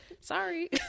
sorry